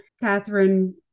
Catherine